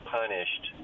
punished